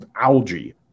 algae